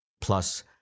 plus